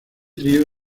trío